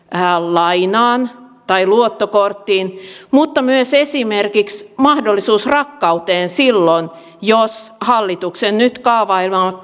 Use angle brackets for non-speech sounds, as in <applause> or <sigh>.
lainaan tai luottokorttiin mutta myös esimerkiksi mahdollisuus rakkauteen silloin jos hallituksen nyt kaavailemat <unintelligible>